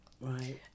right